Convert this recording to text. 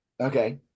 Okay